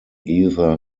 either